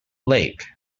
lake